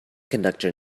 conductor